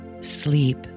Sleep